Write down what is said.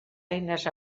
eines